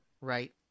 Right